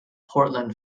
portland